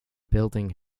building